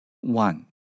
one